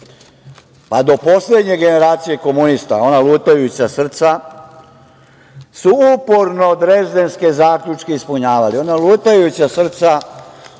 pa do poslednje generacije komunista, ona lutajuća srca, su uporno Drezdenske zaključke ispunjavali, ona lutajuća srca